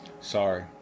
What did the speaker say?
Sorry